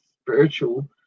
Spiritual